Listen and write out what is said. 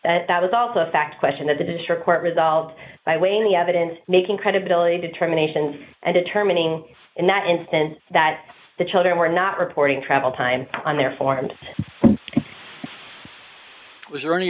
that was also a fact question that the district court resolved by weighing the evidence making credibility determination and determining in that instance that the children were not reporting travel time on their forms was there any